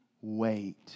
wait